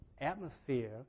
Atmosphere